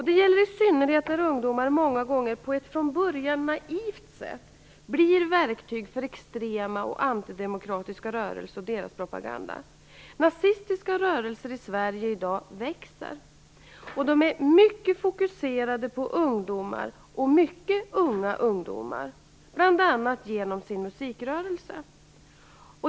Det gäller i synnerhet när ungdomar många gånger på ett från början naivt sätt blir verktyg för extrema och antidemokratiska rörelser och deras propaganda. Nazistiska rörelser i Sverige i dag växer. De är mycket fokuserade på ungdomar och på mycket unga ungdomar, bl.a. genom sin musikrörelse.